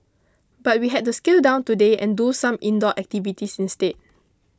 but we had to scale down today and do some indoor activities instead